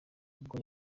ubwo